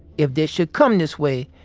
if they should come this way,